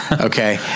okay